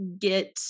get